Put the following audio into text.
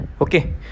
okay